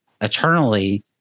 eternally